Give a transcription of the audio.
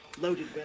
loaded